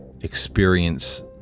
experience